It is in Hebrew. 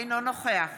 אינו נוכח